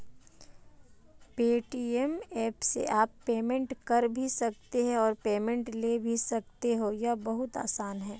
Paytm app से आप payment कर भी सकते हो और पेमेंट ले भी सकते हो, ये बहुत आसान है